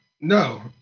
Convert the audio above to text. No